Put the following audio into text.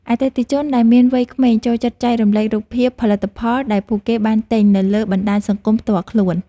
អតិថិជនដែលមានវ័យក្មេងចូលចិត្តចែករំលែករូបភាពផលិតផលដែលពួកគេបានទិញនៅលើបណ្តាញសង្គមផ្ទាល់ខ្លួន។